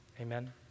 Amen